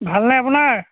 ভালনে আপোনাৰ